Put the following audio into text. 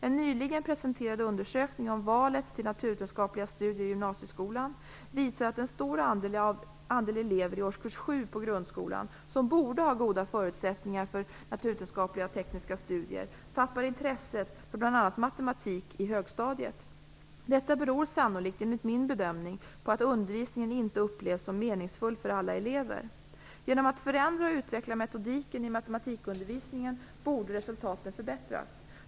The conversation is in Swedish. En nyligen presenterad undersökning om valet till naturvetenskapliga studier i gymnasieskolan visar att en stor andel elever i årskurs 7 i grundskolan, som borde ha goda förutsättningar för naturvetenskapliga och tekniska studier, tappar intresset för bl.a. matematik i högstadiet. Detta beror sannolikt, enligt min bedömning, på att undervisningen inte upplevs som meningsfull för alla elever. Genom att förändra och utveckla metodiken i matematikundervisningen borde resultaten förbättras.